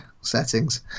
settings